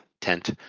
tent